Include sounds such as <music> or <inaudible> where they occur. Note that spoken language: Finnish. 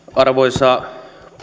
<unintelligible> arvoisa